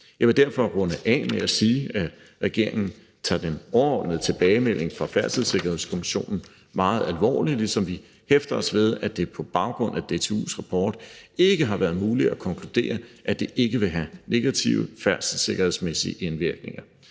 Jeg vil derfor runde af med at sige, at regeringen tager den overordnede tilbagemelding fra Færdselssikkerhedskommissionen meget alvorligt, ligesom vi hæfter os ved, at det på baggrund af DTU's rapport ikke har været muligt at konkludere, at det ikke vil have negative færdselssikkerhedsmæssige indvirkninger.